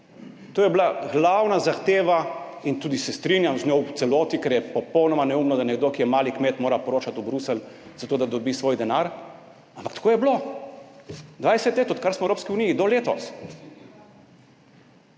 To je bila glavna zahteva in tudi se strinjam z njo v celoti, ker je popolnoma neumno, da nekdo, ki je mali kmet, mora poročati v Bruselj zato, da dobi svoj denar, ampak tako je bilo 20 let, odkar smo v Evropski uniji, do letos.